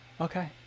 okay